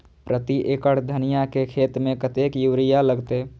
प्रति एकड़ धनिया के खेत में कतेक यूरिया लगते?